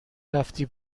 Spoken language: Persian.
رفتی